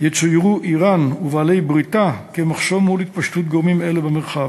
יצוירו איראן ובעלי בריתה כמחסום מול התפשטות גורמים אלה במרחב.